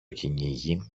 κυνήγι